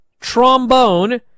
trombone